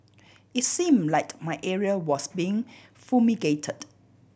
it seemed like my area was being fumigated